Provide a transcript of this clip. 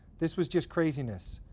this was just craziness.